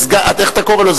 איך אתה קורא לו,